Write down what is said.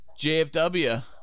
JFW